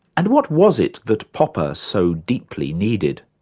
and what was it that popper so deeply needed?